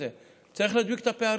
צריך להדביק את הפערים.